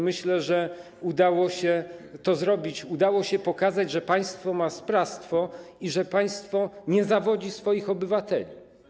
Myślę, że udało się to zrobić, udało się pokazać, że państwo ma sprawstwo i że państwo nie zawodzi swoich obywateli.